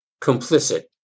complicit